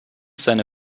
seine